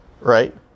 Right